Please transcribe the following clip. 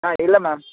ஆ இல்லை மேம்